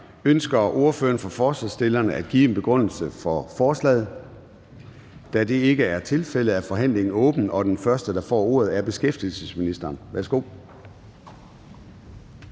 Ønsker ordføreren for forslagsstillerne at give en begrundelse for beslutningsforslaget? Da det ikke er tilfældet, er forhandlingen åbnet, og den første, der får ordet, er beskæftigelsesministeren.